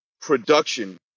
production